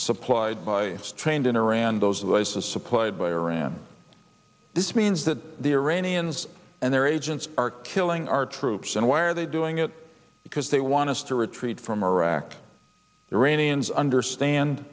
supplied by trained in iran those devices supplied by iran this means that the iranians and their agents are killing our troops and why are they doing it because they want us to retreat from iraq iranians understand